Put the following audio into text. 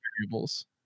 variables